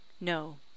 No